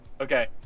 Okay